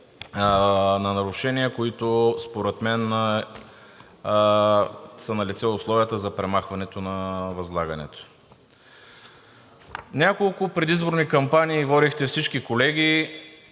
на нарушения и според мен са налице условията за премахване на възлагането. В няколко предизборни кампании говорихте всички колеги,